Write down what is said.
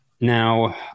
Now